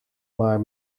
maar